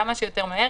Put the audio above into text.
כמה שיותר מהר,